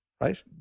right